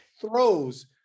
throws